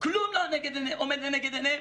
כלום לא עומד לנגד עיניהם.